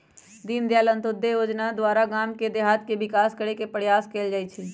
दीनदयाल अंत्योदय जोजना द्वारा गाम देहात के विकास करे के प्रयास कएल जाइ छइ